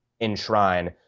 enshrine